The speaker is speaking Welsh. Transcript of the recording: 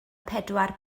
pedwar